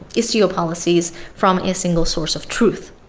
istio policies from a single source of truth.